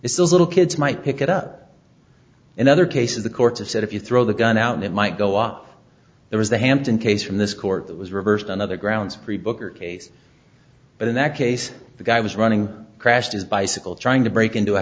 it's those little kids might pick it up in other cases the courts have said if you throw the gun out and it might go up there was the hampton case from this court that was reversed on other grounds pre book or case but in that case the guy was running crashed his bicycle trying to break into a